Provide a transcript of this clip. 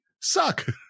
suck